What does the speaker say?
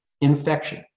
infection